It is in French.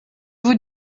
vous